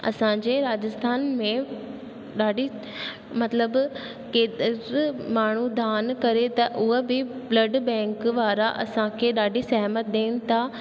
असांजे राजस्थान में ॾाढी मतिलबु केदर माण्हू धान करे त उअ बि ब्लड बैंक वारा असांखे ॾाढी सहिमत ॾियनि था